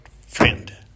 friend